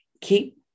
keep